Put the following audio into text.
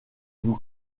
vous